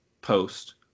post